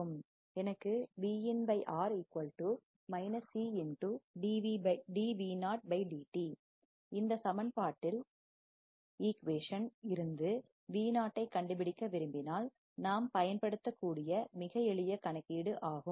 எனக்கு இந்த சமன்பாட்டில் இக்விஷன் equation இருந்து V0 ஐ கண்டு பிடிக்க விரும்பினால் நாம் பயன்படுத்தக் கூடிய மிக எளிய கணக்கீடு ஆகும்